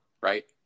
right